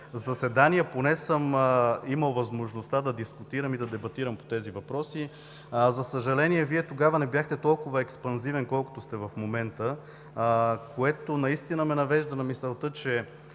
заседания, поне съм имал възможността да дискутирам и да дебатирам по тези въпроси. За съжаление, тогава Вие не бяхте толкова експанзивен, колкото сте в момента, което ме навежда на мисълта, че